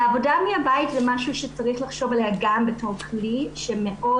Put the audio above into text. עבודה מהבית זה משהו שצריך לחשוב עליו גם בתור כלי שמאוד